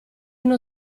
non